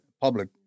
public